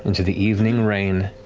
into the evening rain